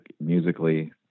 musically